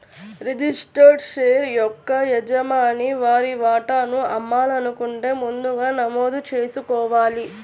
registered share యొక్క యజమాని వారి వాటాను అమ్మాలనుకుంటే ముందుగా నమోదు చేసుకోవాలి